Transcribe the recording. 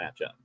matchup